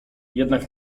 jednak